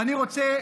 ואני רוצה,